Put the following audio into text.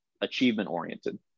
achievement-oriented